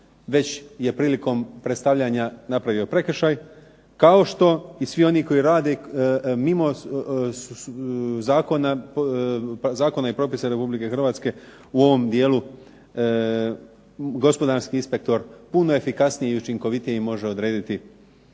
već je prilikom predstavljanja napravio prekršaj kao što i svi oni koji rade mimo zakona i propisa Republike Hrvatske u ovom dijelu, gospodarski inspektor je puno efikasnije i učinkovitije donijeti